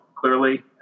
Clearly